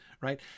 right